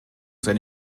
seine